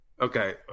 Okay